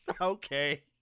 Okay